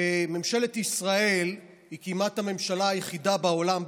וממשלת ישראל היא כמעט הממשלה היחידה בעולם,